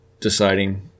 deciding